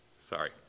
Sorry